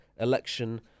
election